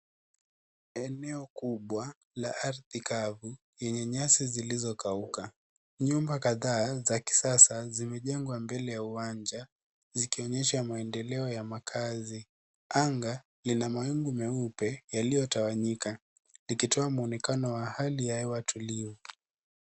Eneo kubwa la ardhi kavu yenye nyasi zilizokauka. Nyumba kadhaa za kisasa zimejengwa mbele ya uwanja zikionyesha maendeleo ya makazi. Anga ina mawingu meupe yaliyotawanyika ikitoa mwonekano wa hali ya hewa tulivu.